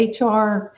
HR